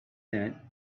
that